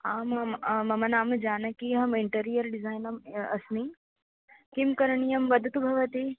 आं मम मम नाम जानकी अहम् इन्टरियर् डिसैनर् अस्मि किं करणीयं वदतु भवती